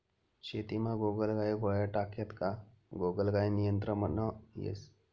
शेतीमा गोगलगाय गोळ्या टाक्यात का गोगलगाय नियंत्रणमा येस